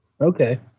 Okay